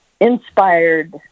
inspired